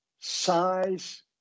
Size